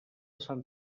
sant